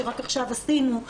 שרק עכשיו עשינו,